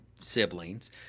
siblings